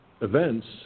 events